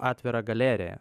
atvirą galeriją